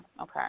Okay